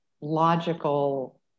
logical